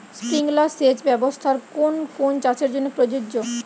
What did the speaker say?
Sprinkler সেচ ব্যবস্থার কোন কোন চাষের জন্য প্রযোজ্য?